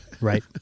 Right